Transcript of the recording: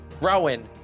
Rowan